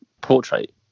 portrait